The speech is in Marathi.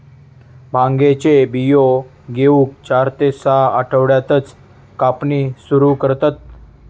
भांगेचे बियो घेऊक चार ते सहा आठवड्यातच कापणी सुरू करतत